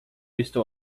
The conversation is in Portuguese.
estou